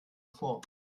vor